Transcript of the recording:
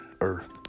earth